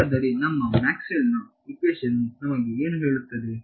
ಹಾಗಾದರೆ ನಮ್ಮ ಮ್ಯಾಕ್ಸ್ವೆಲ್ನ ಇಕ್ವೇಶನ್ ವು ನಮಗೆ ಏನು ಹೇಳುತ್ತದೆ